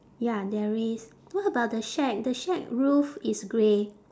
ya there is what about the shack the shack roof is grey